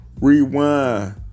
Rewind